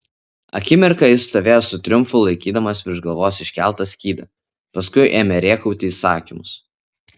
akimirką jis stovėjo su triumfu laikydamas virš galvos iškeltą skydą paskui ėmė rėkauti įsakymus